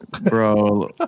Bro